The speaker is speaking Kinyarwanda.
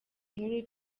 nkuru